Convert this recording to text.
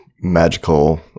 Magical